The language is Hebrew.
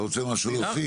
אתה רוצה משהו להוסיף?